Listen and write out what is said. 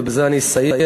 ובזה אני אסיים: